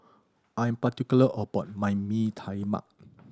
I'm particular about my Bee Tai Mak